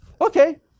Okay